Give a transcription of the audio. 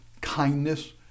kindness